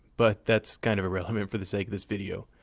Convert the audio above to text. but that's kind of irrelevant for the sake of this video.